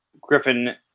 Griffin